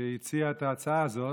שהציע את ההצעה הזאת.